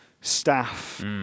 staff